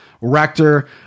rector